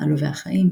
"עלובי החיים",